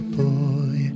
boy